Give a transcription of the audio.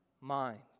Mind